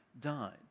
died